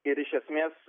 ir iš esmės